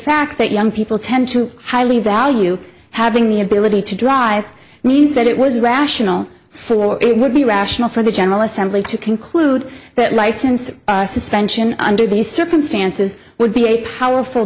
fact that young people tend to highly value having the ability to drive means that it was rational for war it would be rational for the general assembly to conclude that license suspension under these circumstances would be a powerful